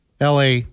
LA